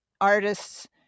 Artists